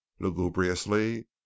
lugubriously